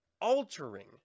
altering